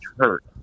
hurt